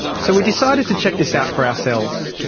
so we decided to check this out for ourselves.